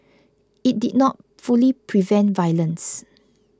it did not fully prevent violence